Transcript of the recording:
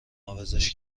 عوضش